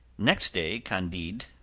next day candide,